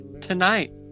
tonight